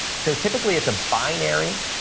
so, typically, it's a binary,